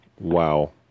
Wow